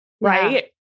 Right